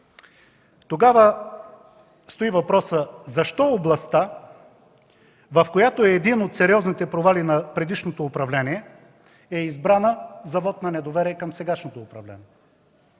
Тогава стои въпросът защо областта, в която е един от сериозните провали на предишното управление, е избрана за вот на недоверие към сегашното управление?